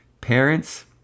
parents